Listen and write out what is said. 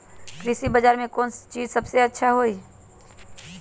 कृषि बजार में कौन चीज सबसे अच्छा होई?